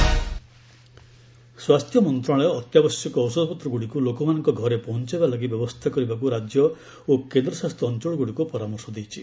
health ministry advisory ସ୍ୱାସ୍ଥ୍ୟ ମନ୍ତ୍ରଣାଳୟ ଅତ୍ୟାବଶ୍ୟକ ଔଷଧପତ୍ରଗୁଡ଼ିକୁ ଲୋକମାନଙ୍କ ଘରେ ପହଞ୍ଚାଇବା ଲାଗି ବ୍ୟବସ୍ଥା କରିବାକୁ ରାଜ୍ୟ ଓ କେନ୍ଦ୍ର ଶାସିତ ଅଞ୍ଚଳଗୁଡ଼ିକୁ ପରାମର୍ଶ ଦେଇଛି